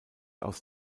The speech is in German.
aus